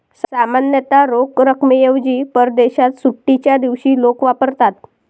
सामान्यतः रोख रकमेऐवजी परदेशात सुट्टीच्या दिवशी लोक वापरतात